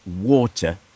water